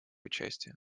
участие